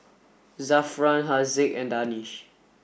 Zafran Haziq and Danish